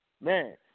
Man